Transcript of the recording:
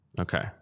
Okay